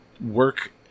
work